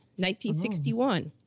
1961